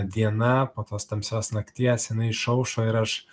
diena po tos tamsios nakties jinai išaušo ir aš